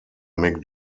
mick